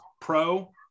pro